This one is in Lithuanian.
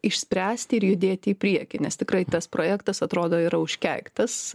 išspręsti ir judėti į priekį nes tikrai tas projektas atrodo yra užkeiktas